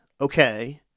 okay